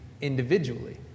individually